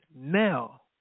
now